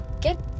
get